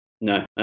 No